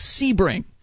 Sebring